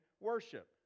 worship